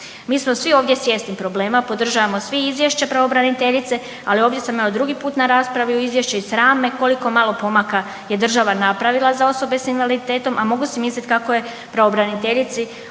Mi smo svi ovdje svjesni problema, podržavamo svi izvješće pravobraniteljice, ali ovdje sam drugi put na raspravi o izvješću i sram me koliko malo pomaka je država napravila za osobe s invaliditetom, a mogu si misliti kako je pravobraniteljici